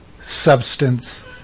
substance